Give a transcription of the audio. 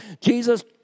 Jesus